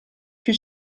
più